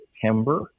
September